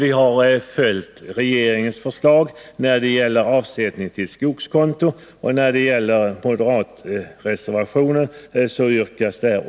Vi har följt regeringens förslag när det gäller insättning på skogskonto, och vi yrkar avslag på moderatreservationen.